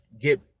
get